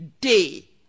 day